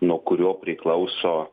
nuo kurio priklauso